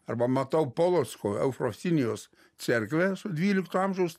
arba matau polocko eufrosinijos cerkvę su dvylikto amžiaus